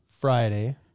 Friday